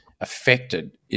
affected